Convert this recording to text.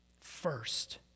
first